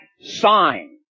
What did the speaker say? sign